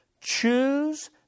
Choose